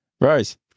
Rose